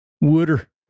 Water